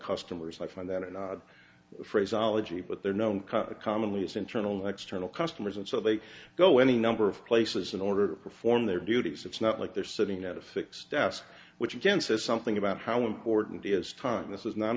customers i find that an odd phrase ology but they're known commonly as internal and external customers and so they go any number of places in order to perform their duties it's not like they're sitting at a fixed task which again says something about how important is time this is not